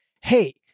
hey